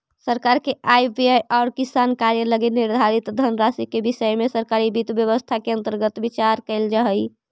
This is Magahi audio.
सरकार के आय व्यय आउ विकास कार्य लगी निर्धारित धनराशि के विषय में सरकारी वित्त व्यवस्था के अंतर्गत विचार कैल जा हइ